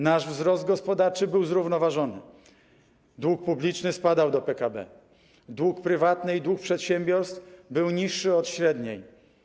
Nasz wzrost gospodarczy był zrównoważony, dług publiczny spadał do PKB, dług prywatny i dług przedsiębiorstw był niższy od średniej.